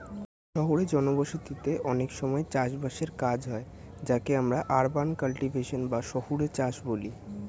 শহুরে জনবসতিতে অনেক সময় চাষ বাসের কাজ হয় যাকে আমরা আরবান কাল্টিভেশন বা শহুরে চাষ বলি